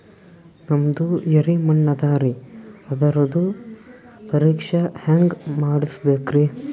ನಮ್ದು ಎರಿ ಮಣ್ಣದರಿ, ಅದರದು ಪರೀಕ್ಷಾ ಹ್ಯಾಂಗ್ ಮಾಡಿಸ್ಬೇಕ್ರಿ?